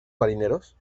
marineros